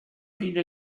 viele